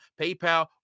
PayPal